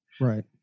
Right